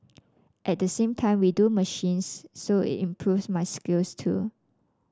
at the same time we do machines so it improves my skills too